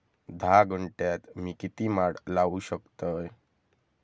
धा गुंठयात मी किती माड लावू शकतय?